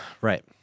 right